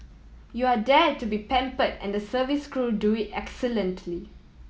you are there to be pamper and the service crew do it excellently